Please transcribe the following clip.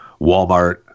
Walmart